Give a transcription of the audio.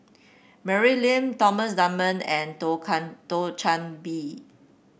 Mary Lim Thomas Dunman and Thio Chan Bee